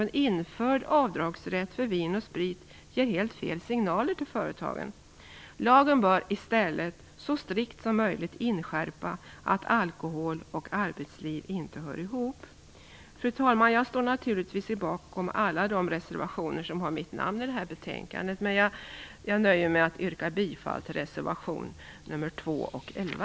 En införd avdragsrätt för vin och sprit ger helt fel signaler till företagen. Lagen bör i stället så strikt som möjligt inskärpa att alkohol och arbetsliv inte hör ihop. Fru talman! Jag står naturligtvis bakom alla reservationer i detta betänkande som jag undertecknat, men jag nöjer mig med att yrka bifall till reservationerna nr 2 och 11.